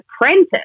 apprentice